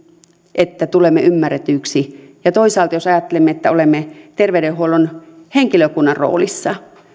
että tulemme ymmärretyiksi ja toisaalta jos ajattelemme että olemme terveydenhuollon henkilökunnan roolissa